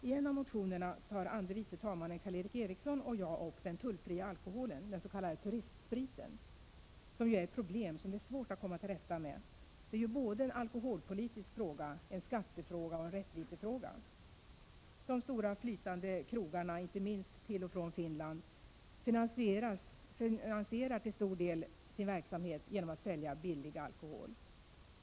I en av motionerna tar andre vice talman Karl Erik Eriksson och jag upp den tullfria alkoholen, den s.k. turistspriten, som innebär ett problem som det är svårt att komma till rätta med. Det är ju en alkoholpolitisk fråga, en skattefråga och en rättvisefråga. De stora flytande krogarna — inte minst till och från Finland — finansierar till stor del sin verksamhet genom att sälja billig alkohol.